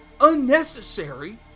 unnecessary